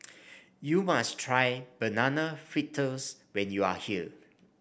you must try Banana Fritters when you are here